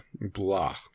blah